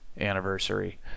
anniversary